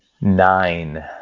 nine